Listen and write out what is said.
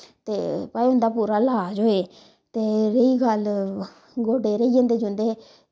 ते भाई उं'दा पूरा लाज़ होए ते रेही गल्ल गोड्डे रेही जंदे जिन्दे